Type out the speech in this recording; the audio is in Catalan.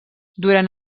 durant